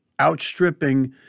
outstripping